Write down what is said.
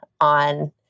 on